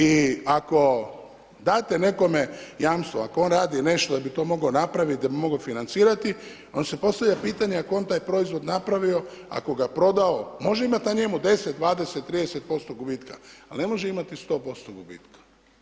I ako date nekome jamstvo, ako on radi nešto da bi to mogao napraviti, da bi mogao financirati, onda se postavlja pitanje ako on taj proizvod napravio, ako ga prodao, može imati na njemu 10, 20, 30% gubitka, ali ne može imati 100%. gubitka.